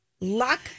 Luck